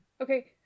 Okay